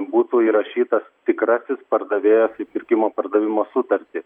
būtų įrašytas tikrasis pardavėjas į pirkimo pardavimo sutartį